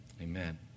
Amen